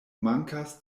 mankas